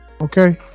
Okay